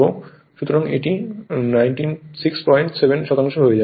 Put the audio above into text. সুতরাং এটি 967 শতাংশ হয়ে যাবে